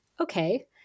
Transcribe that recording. okay